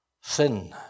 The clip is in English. sin